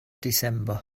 december